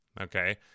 Okay